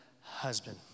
husband